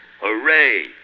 Hooray